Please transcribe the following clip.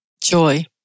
joy